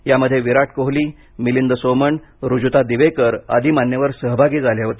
यामध्ये विराट कोहली मिलिंद सोमण ऋजुता दिवेकर आदी मान्यवर सहभागी झाले होते